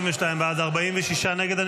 22 בעד, 46 נגד.